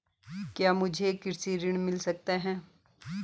क्या मुझे कृषि ऋण मिल सकता है?